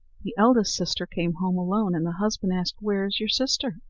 the eldest sister came home alone, and the husband asked, where is your sister?